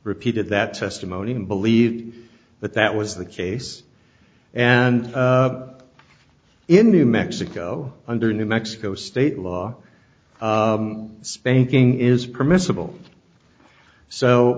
repeated that testimony in believe that that was the case and in new mexico under new mexico state law spanking is permissible so